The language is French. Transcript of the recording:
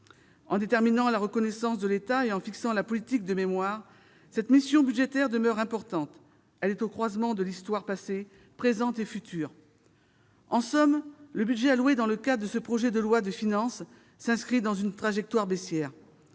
En déterminant la reconnaissance de l'État et en fixant la politique de mémoire, cette mission budgétaire demeure importante. Elle est au croisement de l'histoire passée, présente et future. En sommes, le budget alloué dans le cadre de ce projet de loi de finances s'inscrit dans une trajectoire baissière.